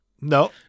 No